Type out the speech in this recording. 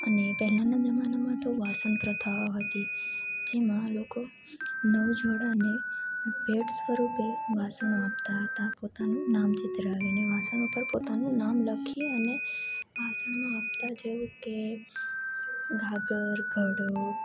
અને પહેના જમાનામાં તો વાસણ પ્રથાઓ હતી જેમાં લોકો નવ જોડાને ભેટ સ્વરૂપે વાસણો આપતા હતા પોતાનું નામ કોતરાવીને વાસણ ઉપર પોતાનું નામ લખી અને વાસણમાં આપતા જેવું કે ઘાગર ઘડો